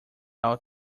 all